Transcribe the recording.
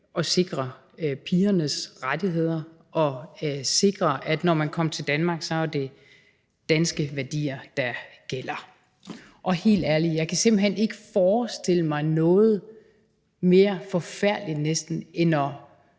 at sikre pigernes rettigheder og sikre, at når man kommer til Danmark, er det danske værdier, der gælder. Og helt ærligt, jeg kan simpelt hen ikke forestille mig noget mere forfærdeligt end at